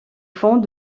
fond